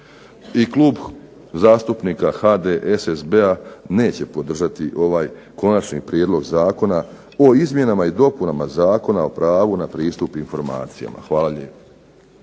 Klub zastupnika HDSSB-a neće podržati ovaj KOnačni prijedlog zakona o izmjenama i dopunama Zakona o pravu na pristup informacijama. Hvala lijepo.